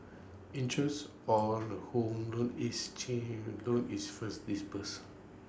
interest on A home loan is chin loan is first disbursed